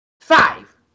five